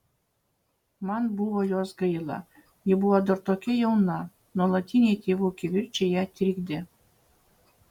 man buvo jos gaila ji buvo dar tokia jauna nuolatiniai tėvų kivirčai ją trikdė